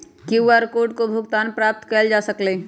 QR code से भुगतानो प्राप्त कएल जा सकल ह